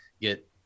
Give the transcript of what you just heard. get